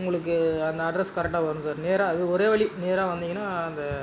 உங்களுக்கு அந்த அட்ரஸ் கரக்டாக வரும் சார் நேராக அது ஒரே வழி நேராக வந்திங்கன்னா அந்த